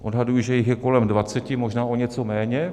Odhaduji, že jich je kolem 20, možná o něco méně.